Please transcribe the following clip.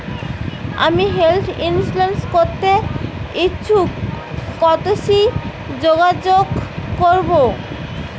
আমি health insurance করতে ইচ্ছুক কথসি যোগাযোগ করবো?